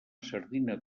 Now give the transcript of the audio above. sardina